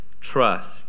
trust